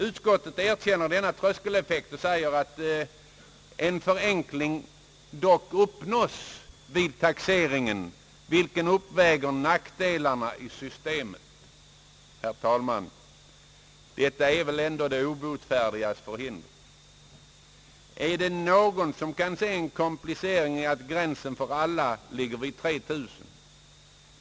Utskottet erkänner denna tröskeleffekt och säger, att en förenkling dock uppnås vid taxeringen, vilken uppväger nackdelarna i systemet. Herr talman! Detta är väl ändå de obotfärdigas förhinder! Är det någon som kan se en komplicering i att gränsen för alla ligger vid 3 000 kronor?